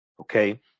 Okay